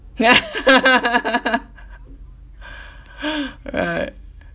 right